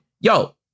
Yo